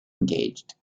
engaged